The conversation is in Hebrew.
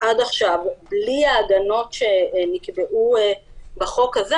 עד עכשיו בלי ההגנות שנקבעו בחוק הזה,